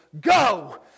Go